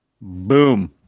Boom